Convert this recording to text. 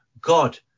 God